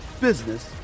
business